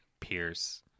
Pierce